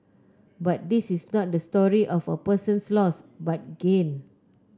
but this is not the story of a person's loss but gain